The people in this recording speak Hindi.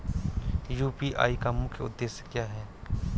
यू.पी.आई का मुख्य उद्देश्य क्या है?